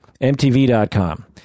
MTV.com